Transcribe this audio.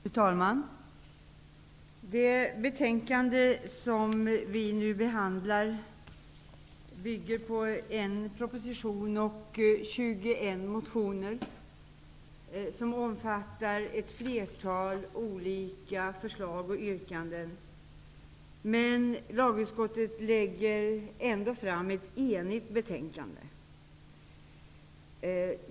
Fru talman! Det betänkande som vi nu behandlar bygger på en proposition och 21 motioner som omfattar ett flertal olika förslag och yrkanden, men lagutskottet lägger ändå fram ett enigt betänkande.